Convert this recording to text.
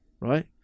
right